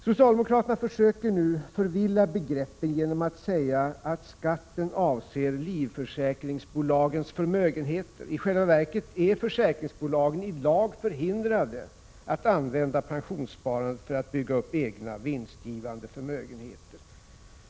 Socialdemokraterna försöker nu förvilla begreppen genom att säga att skatten avser livförsäkringsbolagens förmögenheter. I själva verket är försäkringsbolagen i lag förhindrade att använda pensionssparandet för att 87 bygga upp egna, vinstgivande förmögenheter.